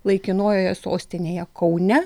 laikinojoje sostinėje kaune